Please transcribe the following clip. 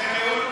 זה ניהול,